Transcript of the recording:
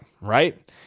right